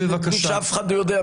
כאילו שאף אחד לא יודע,